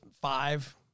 five